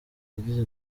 yagize